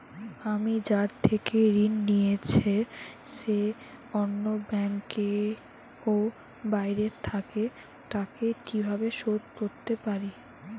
আমি যার থেকে ঋণ নিয়েছে সে অন্য ব্যাংকে ও বাইরে থাকে, তাকে কীভাবে শোধ করতে পারি?